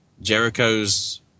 Jericho's